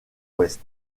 ouest